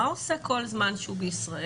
מה הוא עושה כל הזמן שהוא בישראל?